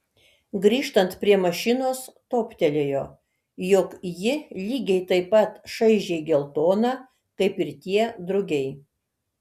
grįžtant prie mašinos toptelėjo jog ji lygiai taip pat šaižiai geltona kaip ir tie drugiai